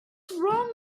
wrong